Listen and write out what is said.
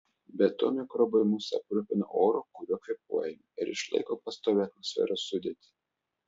be to mikrobai mus aprūpina oru kuriuo kvėpuojame ir išlaiko pastovią atmosferos sudėtį